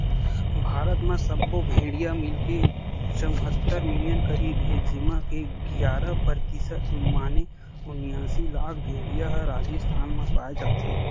भारत म सब्बो भेड़िया मिलाके चउहत्तर मिलियन करीब हे जेमा के गियारा परतिसत माने उनियासी लाख भेड़िया ह राजिस्थान म पाए जाथे